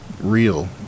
real